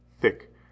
thick